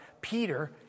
Peter